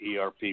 ERP